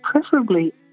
preferably